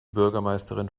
bürgermeisterin